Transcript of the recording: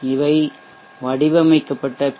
இவை வடிவமைக்கப்பட்ட பி